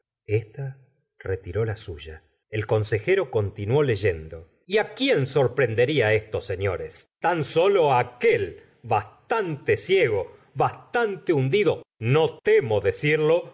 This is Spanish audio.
esta retiró la suya ei consejero continuó leyendo y quién sorprendería esto señores tan solo aquel bastante ciego bastante hundido no temo decirlo